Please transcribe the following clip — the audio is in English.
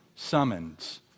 Summons